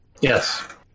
Yes